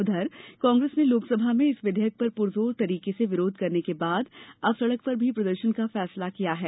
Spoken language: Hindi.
उधर कांग्रेस ने लोकसभा में इस विधेयक पर पुरजोर तरीके से विरोध करने के बाद अब सड़क पर भी प्रदर्शन का फैसला किया है